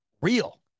real